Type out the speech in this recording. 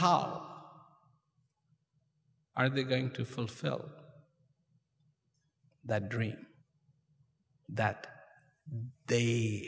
how are they going to fulfill that dream that they